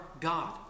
God